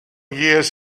years